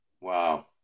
Wow